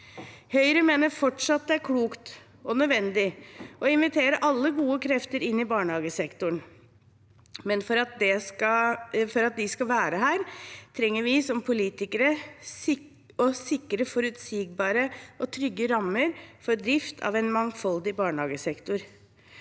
Høyre mener fortsatt det er klokt – og nødvendig – å invitere alle gode krefter inn i barnehagesektoren, men for at de skal være her, trenger vi som politikere å sikre forutsigbare og trygge rammer for drift av en mangfoldig barnehagesektor.